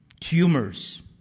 tumors